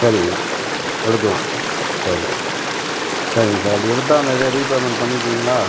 சரி எடுக்கலாம் சரி சரிங்க சார் அப்படியே எடுத்தால் அந்த இது ரீபேமெண்ட் பண்ணிக்கிறீங்களா